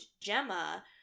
gemma